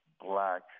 black